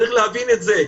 צריך להבין את זה.